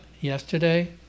Yesterday